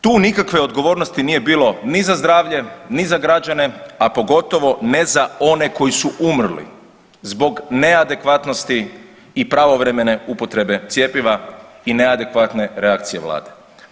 Tu nikakve odgovornosti nije bilo ni za zdravlje, ni za građane, a pogotovo ne za one koji su umrli zbog neadekvatnosti i pravovremene upotrebe cjepiva i neadekvatne reakcije vlade.